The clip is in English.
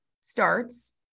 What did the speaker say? starts